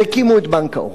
והקימו את בנק העור.